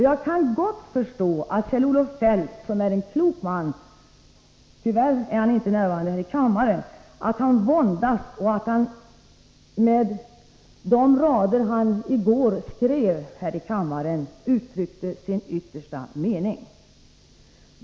Jag kan gott förstå att Kjell-Olof Feldt, som är en klok man — tyvärr är han inte närvarande i kammaren — våndas och med de rader han skrev i kammaren i går har uttryckt sin yttersta mening.